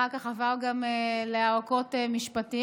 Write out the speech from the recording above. אחר כך עבר גם לערכאות משפטיות,